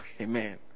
Amen